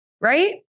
Right